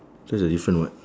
that's the different [what]